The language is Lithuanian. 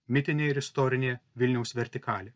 mitinė ir istorinė vilniaus vertikalė